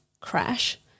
crash